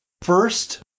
First